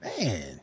Man